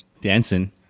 dancing